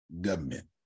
Government